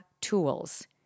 tools